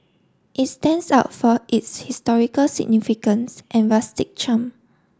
it stands out for its historical significance and rustic charm